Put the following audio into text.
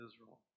Israel